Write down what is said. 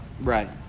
Right